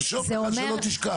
תרשום לך את השאלות כדי שלא תשכח.